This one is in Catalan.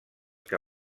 que